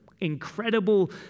incredible